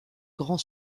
grand